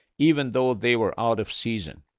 even though they were out-of-season.